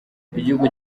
igihugu